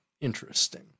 interesting